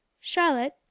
charlotte